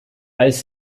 als